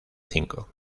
cinco